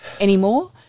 anymore